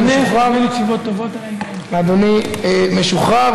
ואדוני משוחרר.